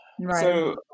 Right